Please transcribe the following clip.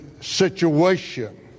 situation